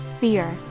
fear